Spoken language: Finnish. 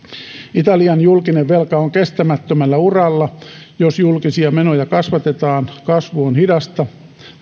italian julkinen velka on kestämättömällä uralla jos julkisia menoja kasvatetaan kasvu on hidasta